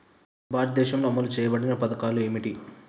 భారతదేశంలో అమలు చేయబడిన పథకాలు ఏమిటి?